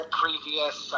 previous